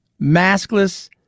maskless